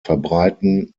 verbreiten